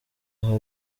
hari